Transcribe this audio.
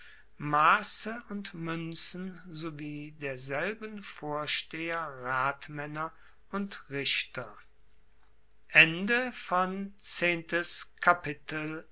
masse und muenzen sowie derselben vorsteher ratmaenner und richter